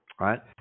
right